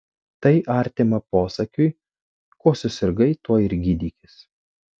tai artima posakiui kuo susirgai tuo ir gydykis